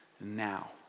now